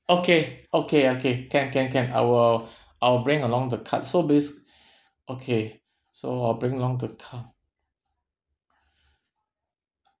okay okay okay can can can I will I'll bring along the card so bas~ okay so I'll bring along the card